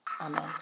Amen